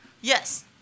Yes